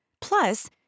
Plus